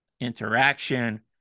interaction